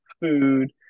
food